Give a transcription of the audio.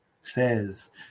says